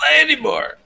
anymore